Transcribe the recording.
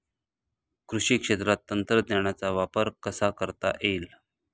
कृषी क्षेत्रात तंत्रज्ञानाचा वापर कसा करता येईल?